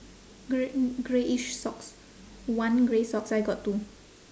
grey greyish socks one grey socks I got two